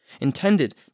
Intended